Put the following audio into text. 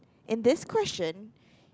in this question